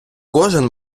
кожен